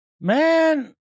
Man